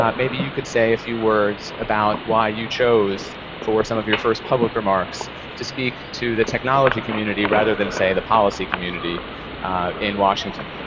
um maybe you could say a few words about why you chose for some of your first public remarks to speak to the technology community rather than say the policy community in washington.